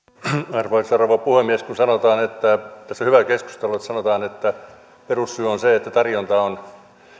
arvoisa rouva puhemies tässä on hyvä keskustelu kun sanotaan että perussyy on se että tarjonta on